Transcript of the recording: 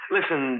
Listen